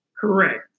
Correct